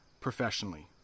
professionally